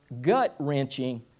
gut-wrenching